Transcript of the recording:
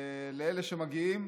לאלה שמגיעים,